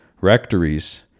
rectories